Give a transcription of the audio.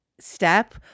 step